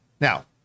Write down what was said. Now